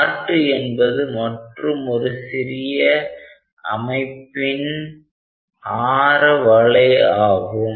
R2 என்பது மற்றொரு சிறிய அமைப்பின் ஆரவளை ஆகும்